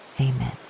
amen